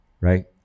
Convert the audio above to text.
Right